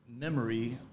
memory